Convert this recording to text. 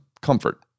comfort